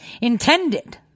intended